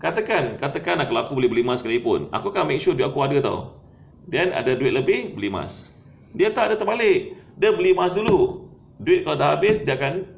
katakan katakan lah kalau aku boleh beli emas sekali pun aku make sure duit aku ada [tau] ada duit lebih boleh beli emas dia tak dia terbalik dia beli emas dulu duit dah habis dia akan